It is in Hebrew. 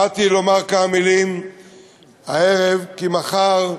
באתי לומר כמה מילים הערב, כי מחר,